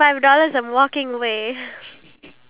ya in the mario kart